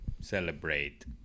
celebrate